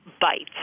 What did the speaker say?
bites